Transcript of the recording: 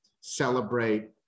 celebrate